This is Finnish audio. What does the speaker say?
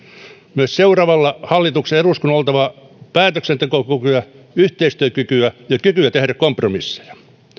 myös seuraavalla hallituksella ja eduskunnalla on oltava päätöksentekokykyä yhteistyökykyä ja kykyä tehdä kompromisseja